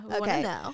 Okay